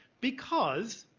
because,